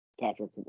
Patrick